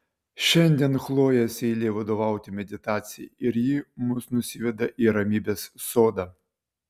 šiandien chlojės eilė vadovauti meditacijai ir ji mus nusiveda į ramybės sodą